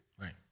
right